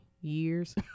years